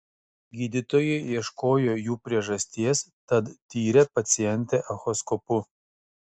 gydytojai ieškojo jų priežasties tad tyrė pacientę echoskopu